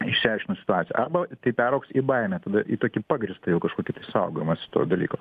išsiaiškinus situaciją arba tai peraugs į baimę tada į tokį pagrįstą jau kažkokį tai saugojimosi to dalyko